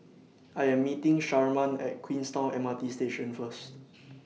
I Am meeting Sharman At Queenstown M R T Station First